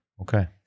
okay